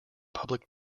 public